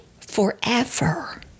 forever